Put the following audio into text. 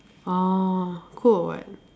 ah cool or what